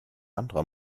anderer